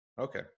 Okay